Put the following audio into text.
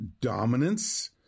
dominance